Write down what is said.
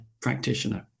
practitioner